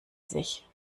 sich